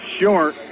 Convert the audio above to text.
short